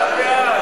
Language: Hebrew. לוועדת העבודה,